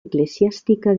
eclesiástica